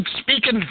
speaking